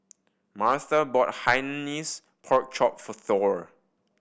Martha bought hainanese fork chop for Thor